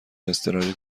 اضطراری